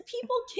people